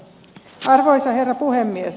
arvoisa herra puhemies